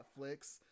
Netflix